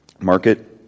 market